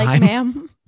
ma'am